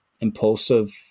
impulsive